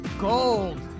Gold